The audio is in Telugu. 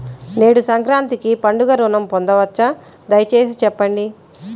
నేను సంక్రాంతికి పండుగ ఋణం పొందవచ్చా? దయచేసి చెప్పండి?